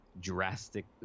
drastic